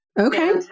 Okay